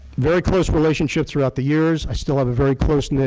very close relationships throughout the years. i still have a very close